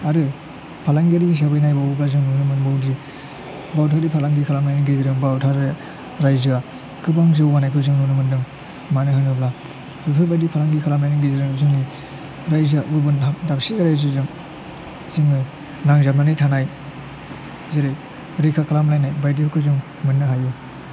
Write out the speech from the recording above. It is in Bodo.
आरो फालांगियारि हिसाबै नायबावोबा जों नुनो मोनबावोदि भारतारि फालांगि खालामनायनि गेजेरजों भारतारि रायजोया गोबां जौगानायखौ जों नुनो मोनदों मानो होनोब्ला बेफोरबादि फालांगि खालामनायनि गेजेरजों जोंनि रायजोया गुबुन दाबसे रायजोजों जोङो नांजाबनानै थानाय जेरै रैखा खालामनाय बायदिफोरखौ जों मोननो हायो